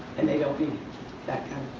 and they don't need that kind